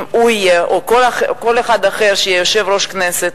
אם הוא יהיה או כל אחד אחר שיהיה יושב-ראש כנסת,